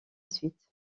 suite